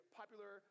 popular